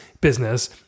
business